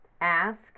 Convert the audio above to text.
Ask